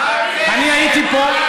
אני הייתי פה,